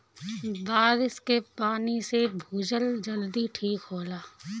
बारिस के पानी से भूजल जल्दी ठीक होला